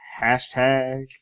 Hashtag